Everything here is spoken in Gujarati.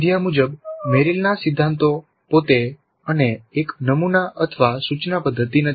નોંધ્યા મુજબ મેરિલના સિદ્ધાંતો પોતે અને એક નમુના અથવા સૂચના પદ્ધતિ નથી